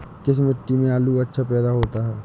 किस मिट्टी में आलू अच्छा पैदा होता है?